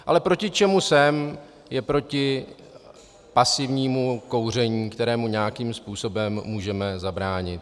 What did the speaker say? Ale proti čemu jsem, je proti pasivnímu kouření, kterému nějakým způsobem můžeme zabránit.